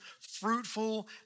fruitful